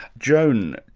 joan,